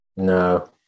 No